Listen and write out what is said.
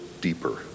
deeper